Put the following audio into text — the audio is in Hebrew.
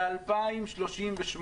ל-2,038.